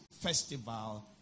festival